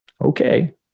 okay